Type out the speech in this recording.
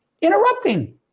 interrupting